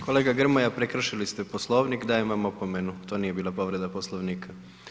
Kolega Grmoja, prekršili ste Poslovnik, dajem vam opomenu, to nije bila povreda Poslovnika.